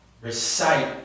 recite